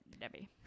Debbie